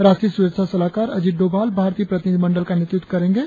राष्ट्रीय सुरक्षा सलाहकार अजीत डोभाल भारतीय प्रतिनिधि मंडल का नेतृत्व करेंगे